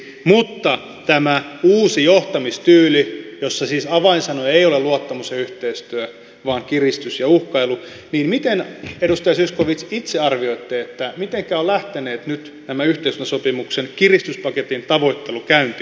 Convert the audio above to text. mutta kun tässä uudessa johtamistyylissä siis avainsanoja eivät ole luottamus ja yhteistyö vaan kiristys ja uhkailu niin miten edustaja zyskowicz itse arvioitte mitenkä on lähtenyt nyt tämä yhteistyösopimuksen kiristyspaketin tavoittelu käyntiin